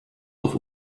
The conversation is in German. auf